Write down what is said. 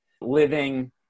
living